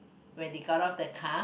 when they got off the car